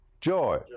Joy